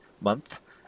Month